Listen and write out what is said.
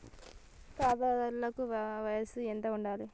ఖాతాదారుల వయసు ఎంతుండాలి?